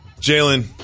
Jalen